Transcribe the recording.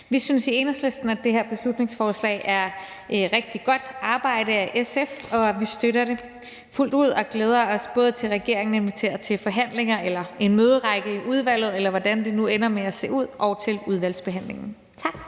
Vi synes i Enhedslisten, at det her beslutningsforslag er rigtig godt arbejde af SF, og vi støtter det fuldt ud og glæder os både til, at regeringen inviterer til forhandlinger eller til en møderække i udvalget, eller hvordan det nu ender med at se ud, og vi glæder os også til udvalgsbehandlingen. Tak.